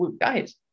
guys